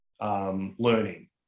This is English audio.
learning